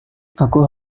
aku